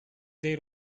their